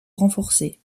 renforcée